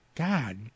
God